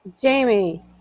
Jamie